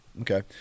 Okay